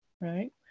right